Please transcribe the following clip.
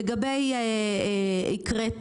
לגבי הפסקה שהקראת,